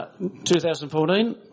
2014